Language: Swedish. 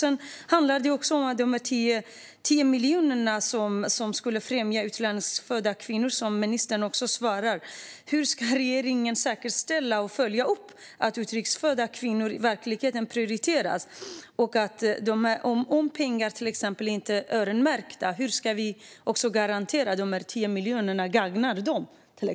Det handlar om de 10 miljonerna, som skulle främja utlandsfödda kvinnor och som ministern nämnde i sitt svar. Hur ska regeringen säkerställa och följa upp att utrikesfödda kvinnor verkligen prioriteras? Om pengarna inte är öronmärkta, hur ska vi garantera att de 10 miljonerna gagnar kvinnorna?